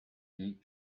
keep